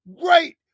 great